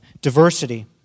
diversity